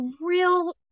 real